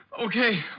Okay